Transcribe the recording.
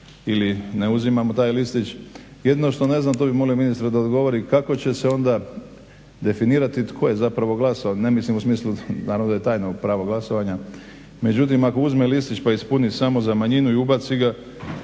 ili ne uzimam taj listić. Jedino što ne znam, to bih molio ministra da odgovori kako će se onda definirati tko je zapravo glasovao. Ne mislim u smislu, naravno da je tajno pravo glasovanja, međutim ako uzme listić pa ispuni samo za manjinu i ubaci ga